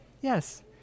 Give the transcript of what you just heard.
Yes